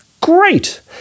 great